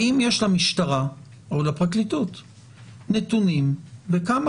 האם יש למשטרה או לפרקליטות נתונים בכמה